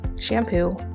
shampoo